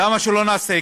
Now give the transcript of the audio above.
למה שלא נעשה,